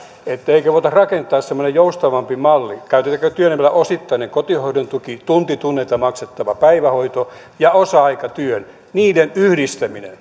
eikö voitaisi rakentaa semmoinen joustavampi malli käytetäänkö työnimeä osittainen kotihoidon tuki tunti tunnilta maksettavan päivähoidon ja osa aikatyön yhdistäminen